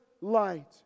light